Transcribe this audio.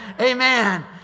Amen